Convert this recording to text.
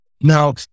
Now